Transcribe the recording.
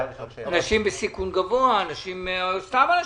אנשים בסיכון גבוה, סתם אנשים,